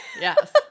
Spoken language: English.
Yes